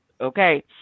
Okay